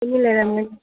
ꯑꯩꯒꯤ ꯂꯩꯔꯝꯒꯅꯤ